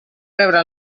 rebre